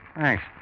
Thanks